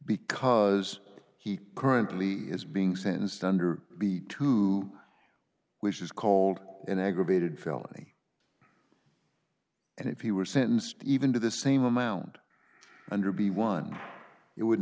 because he currently is being sentenced under b two which is called an aggravated felony and if he were sentenced even to the same amount under be one it would